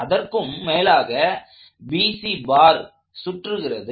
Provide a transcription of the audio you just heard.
அதற்கும் மேலாக BC பார் சுற்றுகிறது